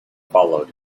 followed